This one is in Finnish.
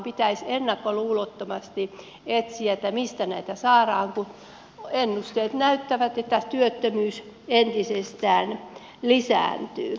pitäisi ennakkoluulottomasti etsiä mistä näitä saadaan kun ennusteet näyttävät että työttömyys entisestään lisääntyy